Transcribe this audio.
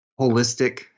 Holistic